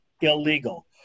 Illegal